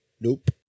Nope